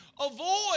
avoid